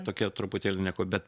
tokia truputėlį nieko bet